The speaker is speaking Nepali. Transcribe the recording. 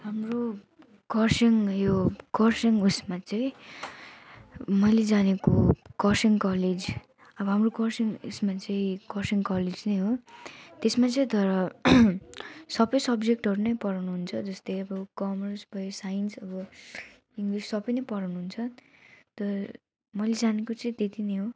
हाम्रो कर्सियङ यो कर्सियङ उसमा चाहिँ मैले जानेको कर्सियङ कलेज अब हाम्रो कर्सियङ उयसमा चाहिँ कर्सियङ कलेज नै हो त्यसमा चाहिँ तर सबै सब्जेक्टहरू नै पढाउनुहुन्छ जस्तै अब कोमर्स भयो साइन्स अब इङ्ग्लिसमा पनि पढाउनु हुन्छ तर मैले जानेको चाहिँ त्यति नै हो